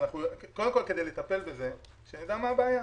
קודם כול, כדי לטפל בזה צריך שנדע מה הבעיה.